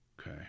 Okay